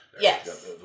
Yes